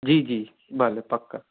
जी जी भले पकु